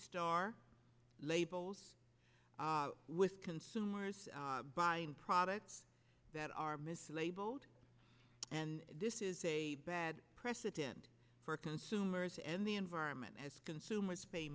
star labels with consumers buying products that are mislabeled and this is a bad precedent for consumers and the environment as consumers pay